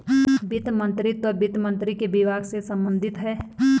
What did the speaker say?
वित्त मंत्रीत्व वित्त मंत्री के विभाग से संबंधित है